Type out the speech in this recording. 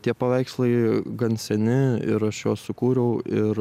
tie paveikslai gan seni ir aš juos sukūriau ir